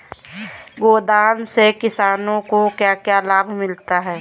गोदाम से किसानों को क्या क्या लाभ मिलता है?